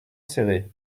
serré